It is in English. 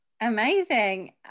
Amazing